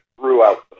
throughout